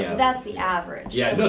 yeah that's the average, yes.